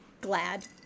glad